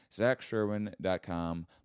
ZachSherwin.com